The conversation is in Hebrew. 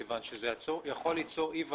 מכיוון שזה יכול ליצור אי ודאות.